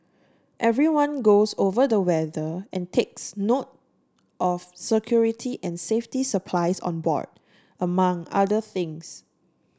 everyone goes over the weather and takes note of security and safety supplies on board among other things